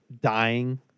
dying